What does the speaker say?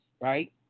right